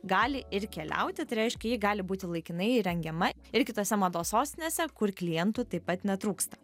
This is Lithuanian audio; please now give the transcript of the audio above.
gali ir keliauti tai reiškia ji gali būti laikinai įrengiama ir kitose mados sostinėse kur klientų taip pat netrūksta